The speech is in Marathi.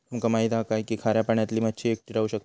तुमका माहित हा काय की खाऱ्या पाण्यातली मच्छी एकटी राहू शकता